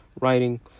writing